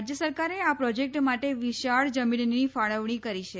રાજ્ય સરકારે આ પ્રોજેક્ટ માટે વિશાળ જમીનની ફાળવણી કરી છે